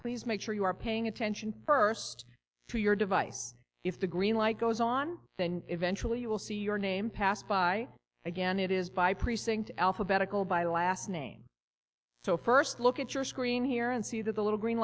please make sure you are paying attention first to your device if the green light goes on then eventually you will see your name passed by again it is by precinct alphabetical by last name so first look at your screen here and see that the little green